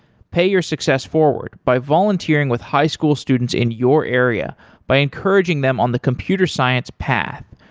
pay your success forward by volunteering with high school students in your area by encouraging them on the computer science path.